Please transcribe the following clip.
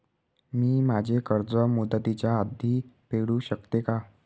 मी माझे कर्ज मुदतीच्या आधी फेडू शकते का?